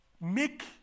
Make